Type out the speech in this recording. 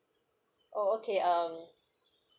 oh okay um